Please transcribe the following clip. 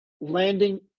landing